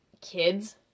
kids